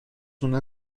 una